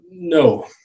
no